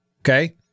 Okay